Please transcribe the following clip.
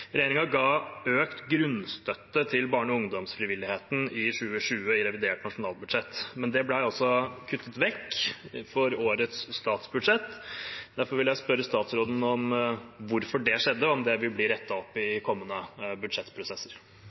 ga økt grunnstøtte til barne- og ungdomsfrivilligheten i 2020, i revidert nasjonalbudsjett, men den ble altså kuttet vekk i årets statsbudsjett. Derfor vil jeg spørre statsråden om hvorfor det skjedde, og om det vil bli rettet opp i kommende budsjettprosesser.